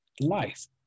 life